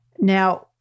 Now-